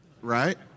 right